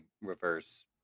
reverse